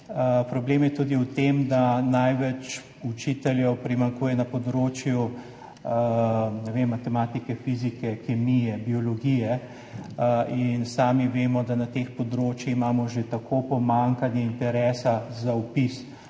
Problem je tudi v tem, da največ učiteljev primanjkuje na področju matematike, fizike, kemije, biologije. Sami vemo, da imamo na teh področjih že tako pomanjkanje interesa za vpis